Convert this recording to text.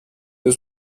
was